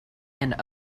and